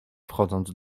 wchodząc